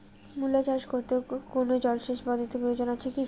মূলা চাষ করতে কোনো জলসেচ পদ্ধতির প্রয়োজন আছে কী?